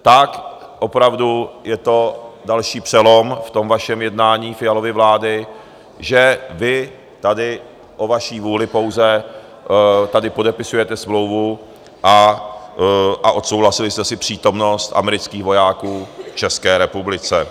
Tak opravdu je to další přelom ve vašem jednání Fialovy vlády, že vy tady o vaší vůli pouze tady podepisujete smlouvu a odsouhlasili jste si přítomnost amerických vojáků v České republice.